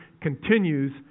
continues